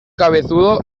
cabezudo